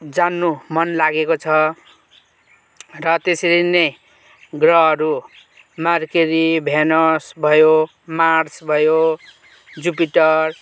जान्नु मन लागेको छ र त्यसरी नै ग्रहहरू मर्क्युरी भेनस भयो मार्स भयो जुपिटर